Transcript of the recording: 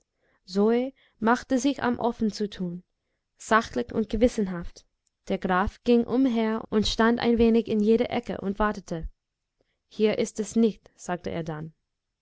zo machte sich am ofen zu tun sachlich und gewissenhaft der graf ging umher und stand ein wenig in jeder ecke und wartete hier ist es nicht sagte er dann